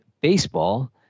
Baseball